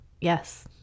Yes